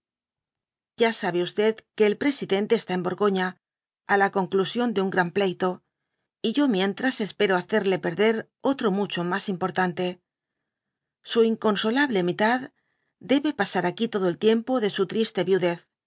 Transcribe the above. ya sabe que el presidente está en borgoñ i la conclusión de vn gran pleito j y mié tras espero hftcerie perder otro muclio mu importante su incobsolable mitad debe pasar aqiá todo el tiempo de su triste viudez